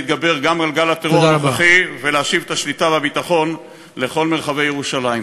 להתגבר גם על גל הטרור ולהשיב את השליטה והביטחון לכל מרחבי ירושלים.